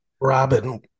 Robin